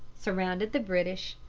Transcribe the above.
surrounded the british,